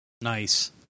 nice